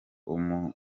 umuganura